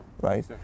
right